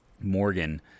Morgan